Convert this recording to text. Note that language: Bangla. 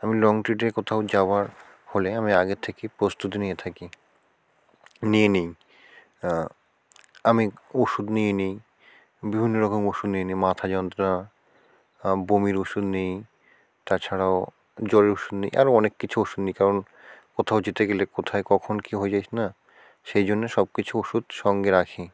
আমি লং ট্রিটে কোথাও যাওয়ার হলে আমি আগের থেকে প্রস্তুতি নিয়ে থাকি নিয়ে নিই আমি ওষুধ নিয়ে নেই বিভিন্ন রকম ওষুধ নিয়ে নিই মাথা যন্ত্রণা বমির ওষুধ নিই তাছাড়াও জ্বরের ওষুধ নিই আরও অনেক কিছু ওষুধ নিই কারণ কোথাও যেতে গেলে কোথায় কখন কী হয়ে যায় না সেই জন্যে সব কিছু ওষুধ সঙ্গে রাখি